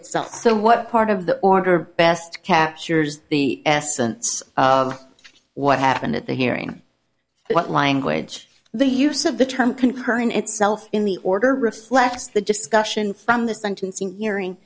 itself so what part of the order best captures the essence of what happened at the hearing what language the use of the term concurrent itself in the order reflects the discussion from the sentencing hearing